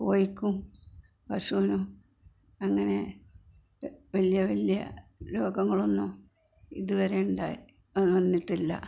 കോഴിക്കും പശുവിനും അങ്ങനെ വലിയ വലിയ രോഗങ്ങളൊന്നും ഇതുവരെ വന്നിട്ടില്ല